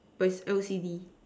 but is L_C_D